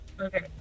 Okay